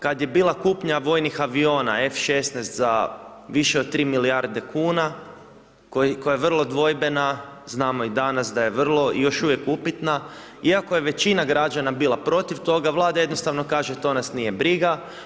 Kad je bila kupnja vojnih aviona F16 za više od 3 milijarde kuna koja je vrlo dvojbena, znamo i danas da je vrlo, još uvijek upitna iako je većina građana bila protiv toga, Vlada jednostavno kaže to nas nije briga.